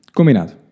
Combinado